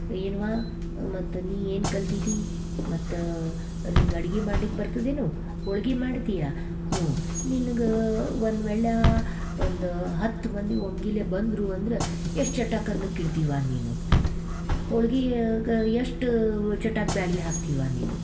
ಏನವ್ವ ಮತ್ತು ನೀ ಏನು ಕಲ್ತಿದ್ದಿ ಮತ್ತು ನಿಂಗೆ ಅಡ್ಗೆ ಮಾಡ್ಲಿಕ್ಕೆ ಬರ್ತದೇನು ಹೋಳ್ಗೆ ಮಾಡ್ತೀಯಾ ಹ್ಞೂ ನಿನಗೆ ಒಂದು ವೇಳೆ ಒಂದು ಹತ್ತು ಮಂದಿ ಒಮ್ಮಿಗ್ಲೆ ಬಂದರು ಅಂದ್ರೆ ಎಷ್ಟು ಚಟಾಕು ಅನ್ನಕ್ಕೆ ಇಡ್ತೀವ್ವಾ ನೀನು ಹೋಳ್ಗಿಗೆ ಎಷ್ಟು ಚಟಾಕು ಬ್ಯಾಳೆ ಹಾಕ್ತೀವ್ವಾ ನೀನು